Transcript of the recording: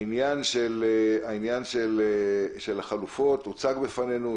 העניין של החלופות הוצג בפנינו,